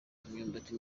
imyumbati